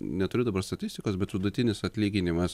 neturiu dabar statistikos bet vidutinis atlyginimas